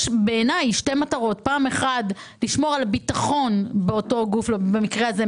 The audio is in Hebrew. בעיניי יש שתי מטרות: לשמור על הביטחון של אותו גוף במקרה הזה,